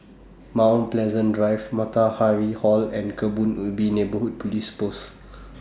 Mount Pleasant Drive Matahari Hall and Kebun Ubi Neighbourhood Police Post